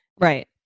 right